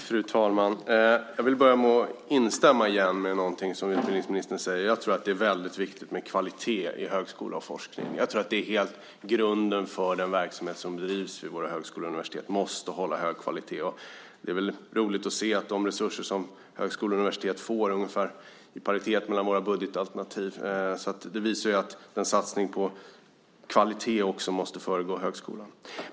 Fru talman! Jag vill börja med att än en gång instämma i någonting som utbildningsministern säger: Jag tror att det är väldigt viktigt med kvalitet i högskola och forskning. Den verksamhet som bedrivs vid våra högskolor och universitet måste hålla hög kvalitet, och det är väl roligt att se att de resurser som högskolor och universitet får är ungefär i paritet med våra budgetalternativ. Det visar ju att satsningen på kvalitet också måste ske i högskolan.